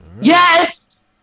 Yes